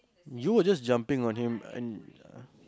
you were just jumping and